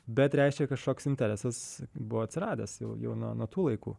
bet reiškia kažkoks interesas buvo atsiradęs jau jau nuo nuo tų laikų